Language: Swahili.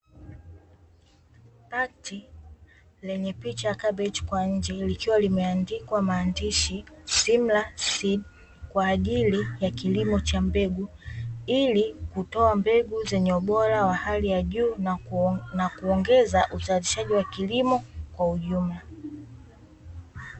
Pakiti yenye picha ya kabichi kwa nje likiwa limeandikwa maandishi 'SIMLAW SEED', kwa ajili ya kilimo cha mbegu ili kutoa mbegu zenye ubora wa hali ya juu, na kuongeza uzalishaji wa kilimo kwa ujumla.